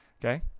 okay